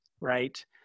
right